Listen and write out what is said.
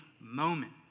moment